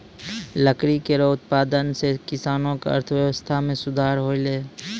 लकड़ी केरो उत्पादन सें किसानो क अर्थव्यवस्था में सुधार हौलय